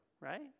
right